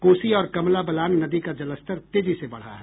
कोसी और कमला बलान नदी का जलस्तर तेजी से बढ़ा है